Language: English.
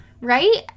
right